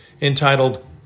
entitled